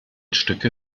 stücke